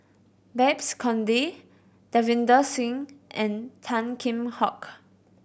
Babes Conde Davinder Singh and Tan Kheam Hock